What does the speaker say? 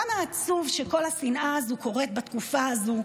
כמה עצוב שכל השנאה הזאת קורית בתקופה הזו,